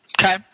Okay